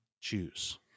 choose